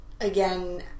again